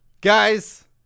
Guys